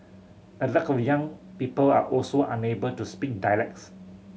a lot of young people are also unable to speak dialects